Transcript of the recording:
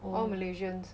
all malaysians